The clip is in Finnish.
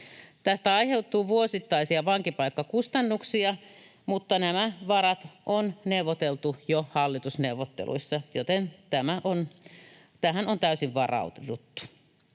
Tästä aiheutuu vuosittaisia vankipaikkakustannuksia, mutta nämä varat on neuvoteltu jo hallitusneuvotteluissa, joten tähän on täysin varauduttu.